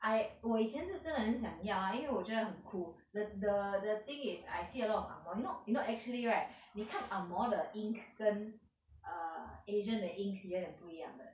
I 我以前是真的是很想要 ah 因为我觉得很 cool the the the thing is I see a lot of ang moh you know you know actually right 你看 ang moh 的 ink 跟 err asian 的 ink 有一点不一样的